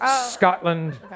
Scotland